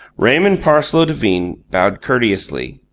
raymond parsloe devine bowed courteously,